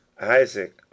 Isaac